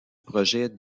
projet